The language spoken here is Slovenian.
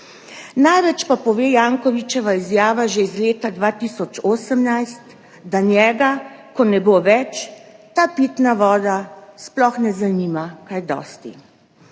Največ pa pove Jankovićeva izjava že iz leta 2018, da ko njega ne bo več, ga ta pitna voda sploh ne bo kaj dosti